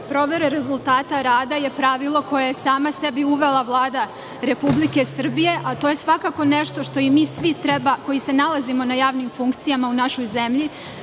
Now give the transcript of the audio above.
provere rezultata rada je pravilo koje je sama sebi uvela Vlada Republike Srbije, a to je svakako nešto što i mi svi treba, koji se nalazimo na javnim funkcijama u našoj zemlji,